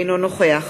אינו נוכח